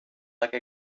like